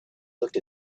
looked